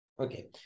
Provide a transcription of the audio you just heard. Okay